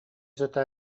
сыта